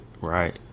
Right